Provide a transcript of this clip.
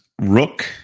Rook